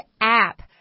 app